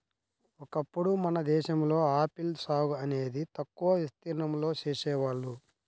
ఒకప్పుడు మన దేశంలో ఆపిల్ సాగు అనేది తక్కువ విస్తీర్ణంలో చేసేవాళ్ళు